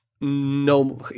no